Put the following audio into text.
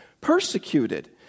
persecuted